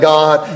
God